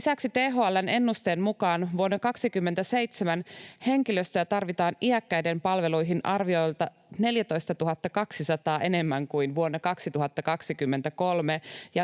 Lisäksi THL:n ennusteen mukaan vuonna 2027 henkilöstöä tarvitaan iäkkäiden palveluihin arviolta 14 200 enemmän kuin vuonna 2023,